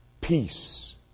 peace